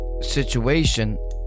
situation